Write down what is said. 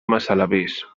massalavés